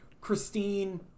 Christine